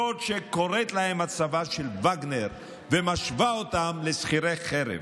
זאת שקוראת להם "צבא וגנר" ומשווה אותם לשכירי חרב.